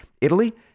Italy